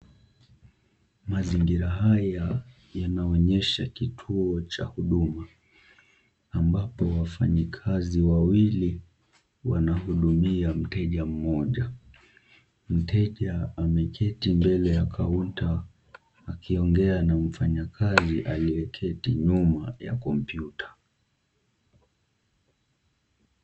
Mazingira haya yanaonyesha kituo cha huduma, ambapo wafanyikazi wawili wanahudumia mteja mmoja. Mteja ameketi mbele ya kaunta akiongea na mfanyakazi aliyeketi nyuma ya kompyuta.